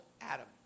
Adam